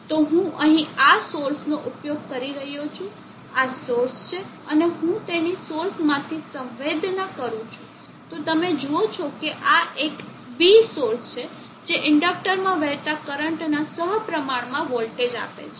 તો હું અહીં આ સોર્સનો ઉપયોગ કરી રહ્યો છું આ સોર્સ છે અને હું તેની સોર્સમાંથી સંવેદના કરું છું તો તમે જુઓ છો કે આ એક B સોર્સ છે જે ઇન્ડક્ટરમાં વહેતા કરંટના સહપ્રમાણમાં વોલ્ટેજ આપે છે